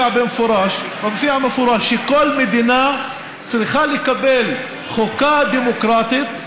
במפורש שכל מדינה צריכה לקבל חוקה דמוקרטית,